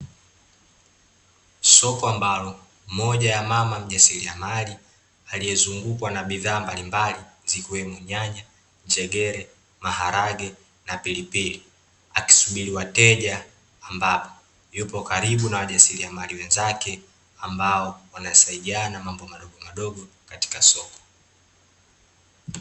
Soko ambalo moja ya mama mjasiriamali, aliezungukwa na bidhaa mbalimbali zikiwemo nyanya, njegere, maharage, na pilipili, akisubiri wateja ambapo, yupo karibu na wajasiriamali wenzake ambao wanasaidiana mambo madogo madogo katika soko.